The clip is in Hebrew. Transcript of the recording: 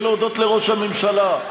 ולהודות לראש הממשלה,